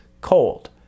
cold